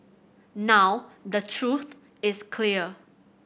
now the truth is clear